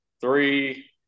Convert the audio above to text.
three